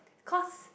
because